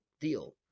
deal